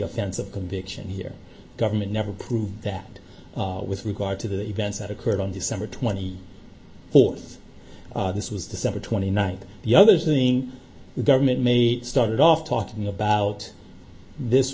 offense of conviction here government never proved that with regard to the events that occurred on december twenty fourth this was december twenty ninth the other thing the government may started off talking about this